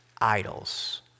idols